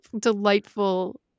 delightful